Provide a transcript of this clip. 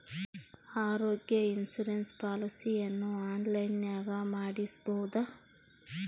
ಆರೋಗ್ಯ ಇನ್ಸುರೆನ್ಸ್ ಪಾಲಿಸಿಯನ್ನು ಆನ್ಲೈನಿನಾಗ ಮಾಡಿಸ್ಬೋದ?